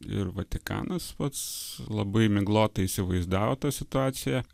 ir vatikanas pats labai miglotai įsivaizdavo tą situaciją